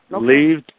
Leave